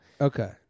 Okay